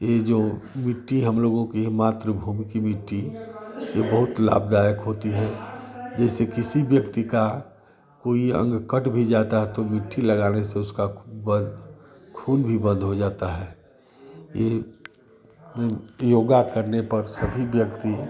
यह जो मिट्टी हमलोगों की है मातृभूमि की मिट्टी यह बहुत लाभदायक होती है जैसे किसी व्यक्ति का कोई अंग कट भी जाता है तो मिट्टी लगाने से उसका खून बन्द खून भी बन्द हो जाता है यह योगा करने पर सभी व्यक्ति